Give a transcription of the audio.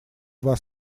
вас